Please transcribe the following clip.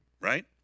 Right